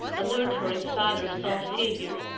alert for his father's tall figure,